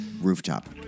Rooftop